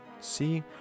See